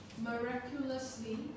miraculously